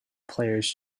players